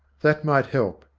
that might help.